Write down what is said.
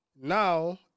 now